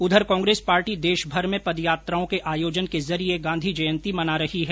उधर कांग्रेस पार्टी देशभर में पदयात्राओं के आयोजन के जरिये गांधी जयंती मना रही है